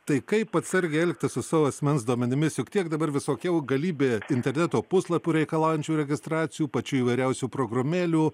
tai kaip atsargiai elgtis su savo asmens duomenimis juk tiek dabar visokie galybė interneto puslapių reikalaujančių registracijų pačių įvairiausių programėlių